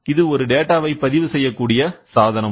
இது இந்த டேட்டா வை பதிவு செய்யக்கூடிய சாதனம்